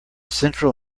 central